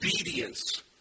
obedience